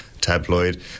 tabloid